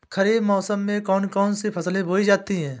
खरीफ मौसम में कौन कौन सी फसलें बोई जाती हैं?